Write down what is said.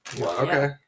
Okay